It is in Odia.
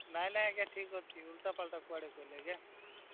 ନାହିଁ ନାହିଁ ଆଜ୍ଞା ଠିକ ଅଛି ଓଲଟା ପାଲଟା କୁଆଡେ କଲି ଆଜ୍ଞା